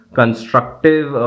constructive